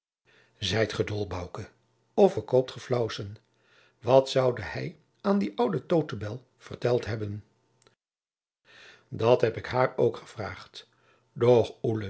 of verkoopt ge flausen wat zoude hij aan die oude totebel verteld hebben dat heb ik haar ook gevraagd